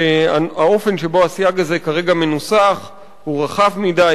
שהאופן שבו הסייג הזה מנוסח כרגע הוא רחב מדי,